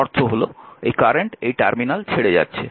তার অর্থ হচ্ছে কারেন্ট এই টার্মিনাল ছেড়ে যাচ্ছে